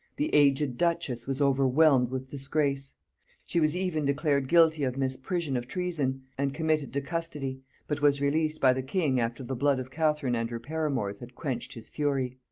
the aged duchess was overwhelmed with disgrace she was even declared guilty of misprision of treason, and committed to custody, but was released by the king after the blood of catherine and her paramours had quenched his fury.